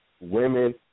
women